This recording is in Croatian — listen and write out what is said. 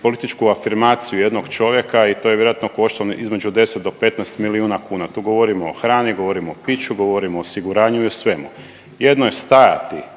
političku afirmaciju jednog čovjeka i to je vjerojatno koštalo između 10 do 15 milijuna kuna. Tu govorimo o hrani, govorimo o piću, govorimo o osiguranju i o svemu. Jedno je stajati